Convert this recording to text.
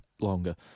longer